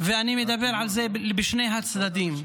ואני מדבר על זה בשני הצדדים.